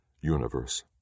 Universe